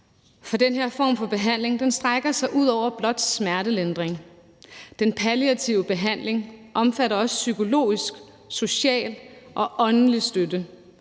Den her form for behandling strækker sig nemlig ud over blot smertelindring. Den palliative behandling omfatter også psykologisk, social og åndelig støtte.